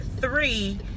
three